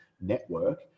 network